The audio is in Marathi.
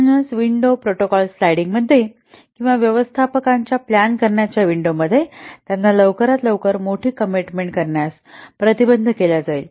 म्हणूनच विंडो प्रोटोकॉल स्लाइडिंगमध्ये किंवा व्यवस्थापकांच्या प्लॅन करण्याच्या विंडोमध्ये त्यांना लवकरात लवकर मोठी कमिटमेंट करण्यास प्रतिबंध केला जाईल